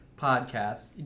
podcast